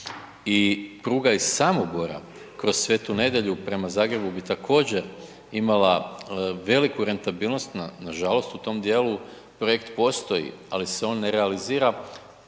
i pruga iz Samobora kroz Svetu Nedelju prema Zagrebu bi također imala veliku rentabilnost, nažalost u tom dijelu projekt postoji, ali se on ne realizira,